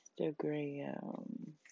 Instagram